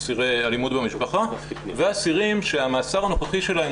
אסירי אלימות במשפחה ואסירים שהמאסר הנוכחי שלהם